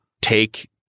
take